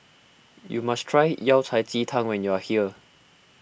you must try Yao Cai Ji Tang when you are here